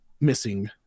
missing